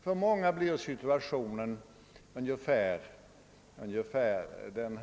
För många blir situationen ungefär följande.